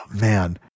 man